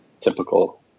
typical